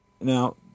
now